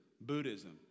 Buddhism